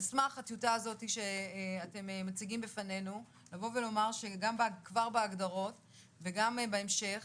על סמך הטיוטה הזאת שאתם מציגים בפנינו לומר שכבר בהגדרות וגם בהמשך